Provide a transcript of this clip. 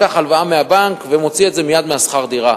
לקח הלוואה מהבנק ומוציא את זה מייד משכר-הדירה,